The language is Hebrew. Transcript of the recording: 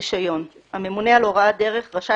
תנאים לקבלת רישיון 5. הממונה על הוראת דרך רשאי